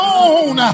on